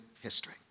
history